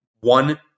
one